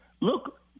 Look